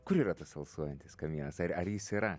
kur yra tas alsuojantis kamienas ar ar jis yra